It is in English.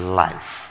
life